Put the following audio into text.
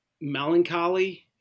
melancholy